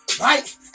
Right